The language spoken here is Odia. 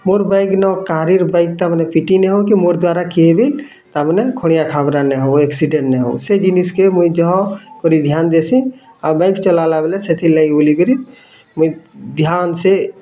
ମୋର ବାଇକ୍ ନ କାହାରି ର ବାଇକ୍ ତାମାନେ ପିଟି ନିଏ କି ମୋର ଦ୍ଵାରା କିଏ ବି ତାମାନେ ଖଡ଼ିଆଖାବରା ନାଇଁ ହୁଏ ଏକ୍ସିଡ଼େଣ୍ଟ୍ ନାଇଁ ହୁଏ ସେ ଜିନିଷ୍ କେ ମୁଇଁ ଜ କରି ଧ୍ୟାନ ଦେସି ଆଉ ବାଇକ୍ ଚଲାଲା ବେଲେ ସେଥିର୍ ଲାଗି ବୋଲିକିରି ମୁଇଁ ଧ୍ୟାନ୍ ସେ